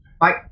Bye